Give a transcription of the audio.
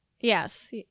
Yes